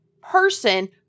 person